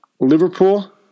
Liverpool